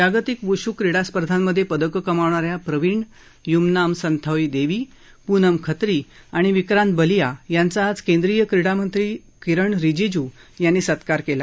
जागतिक व्श् क्रीडा स्पर्धामधे पदकं कमावणा या प्रवीण य्मनाम सनाथोई देवी पूनम खत्री आणि विक्रांत बलिया यांचा आज केंद्रीय क्रीडामंत्री किरण रिजिजू यांनी सत्कार केला